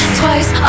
twice